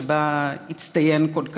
שבה הצטיין כל כך,